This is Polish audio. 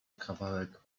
kawałek